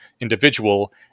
individual